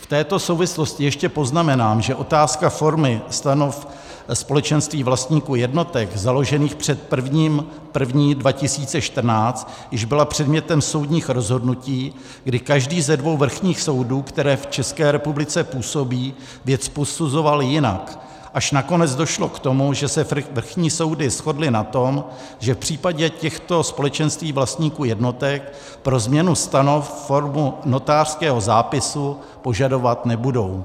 V této souvislosti ještě poznamenám, že otázka formy stanov společenství vlastníků jednotek založených před 1. 1. 2014 již byla předmětem soudních rozhodnutí, kdy každý ze dvou vrchních soudů, které v České republice působí, věc posuzoval jinak, až nakonec došlo k tomu, že se vrchní soudy shodly na tom, že v případě těchto společenství vlastníků jednotek pro změnu stanov formou notářského zápisu požadovat nebudou.